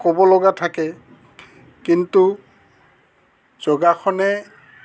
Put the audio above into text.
ক'ব লগা থাকে কিন্তু যোগাসনে